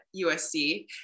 USC